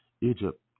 Egypt